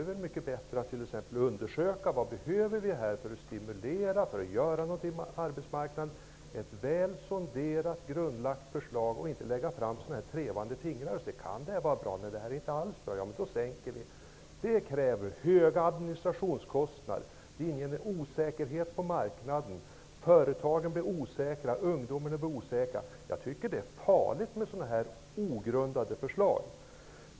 Det är mycket bättre att man undersöker vad vi behöver för att stimulera, för att göra någonting på arbetsmarknaden, och lägger fram ett väl sonderat, grundlagt förslag än att man lägger fram sådana här trevande förslag. Det förslag som regeringen lägger fram innebär att man sedan kommer att fråga sig om det man har beslutat är bra. Sedan kanske man bestämmer sig för att det inte alls är bra och beslutar att sänka avgiften. Det kräver höga administrationskostnader. Det inger osäkerhet på marknaden. Företagen blir osäkra. Ungdomarna blir osäkra. Jag tycker att det är farligt med sådana här ogrundade förslag.